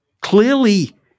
clearly